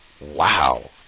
wow